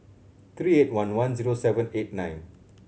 three eight one one zero seven eight nine